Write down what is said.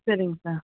சரிங்க சார்